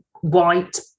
white